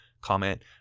comment